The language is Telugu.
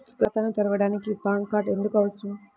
ఖాతాను తెరవడానికి పాన్ కార్డు ఎందుకు అవసరము?